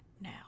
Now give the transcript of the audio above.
now